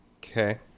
Okay